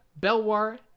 Belwar